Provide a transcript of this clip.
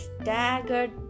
staggered